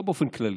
לא באופן כללי,